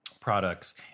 products